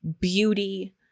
beauty